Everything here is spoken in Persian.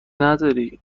نداری